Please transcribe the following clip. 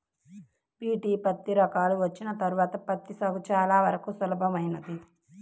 BT పత్తి రకాలు వచ్చిన తర్వాత పత్తి సాగు చాలా వరకు సులభతరమైంది